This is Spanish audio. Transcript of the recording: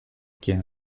quien